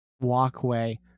walkway